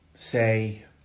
say